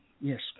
Yes